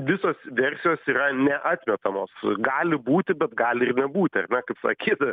visos versijos yra neatmetamos gali būti bet gali ir nebūti ar ne kaip sakyt